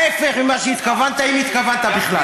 ההפך ממה שהתכוונת, אם התכוונת בכלל.